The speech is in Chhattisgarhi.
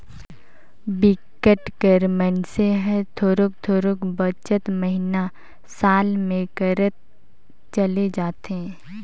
बिकट कर मइनसे हर थोरोक थोरोक बचत महिना, साल में करत चले जाथे